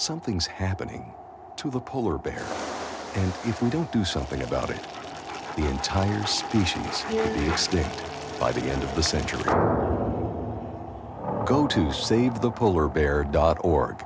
something's happening to the polar bear if we don't do something about it the entire species extinct by the end of the century go to save the polar bear dot org